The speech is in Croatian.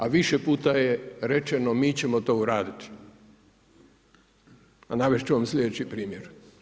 A više puta je rečeno, mi ćemo to uraditi, a navest ću vam sljedeći primjer.